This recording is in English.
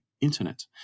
internet